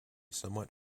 somewhat